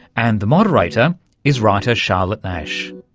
and the moderator is writer charlotte nash.